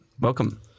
Welcome